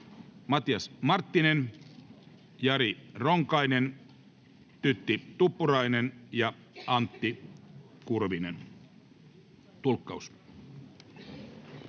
Matias Marttinen, Jari Ronkainen, Tytti Tuppurainen ja Antti Kurvinen.